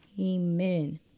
Amen